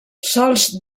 sols